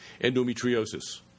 endometriosis